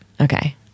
Okay